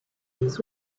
les